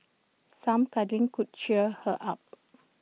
some cuddling could cheer her up